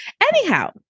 anyhow